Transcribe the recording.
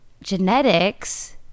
genetics